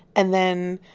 and, then,